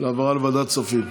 העברה לוועדת הכספים.